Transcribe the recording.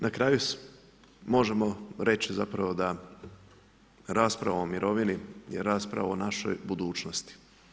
Na kraju možemo reći zapravo da rasprava o mirovini je rasprava o našoj budućnosti.